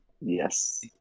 Yes